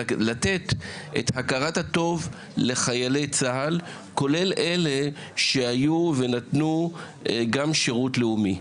לתת את הכרת הטוב לחיילי צה"ל כולל אלה שהיו ונתנו גם שירות לאומי.